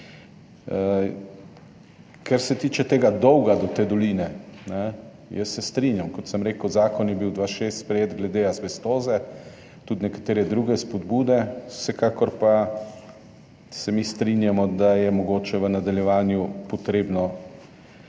Kar se tiče dolga do te doline. Jaz se strinjam, kot sem rekel, zakon glede azbestoze je bil 2026 sprejet, tudi nekatere druge spodbude, vsekakor pa se mi strinjamo, da je mogoče v nadaljevanju potrebna